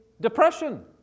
depression